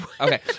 Okay